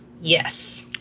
yes